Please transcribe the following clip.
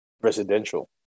residential